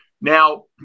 now